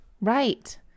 Right